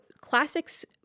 classics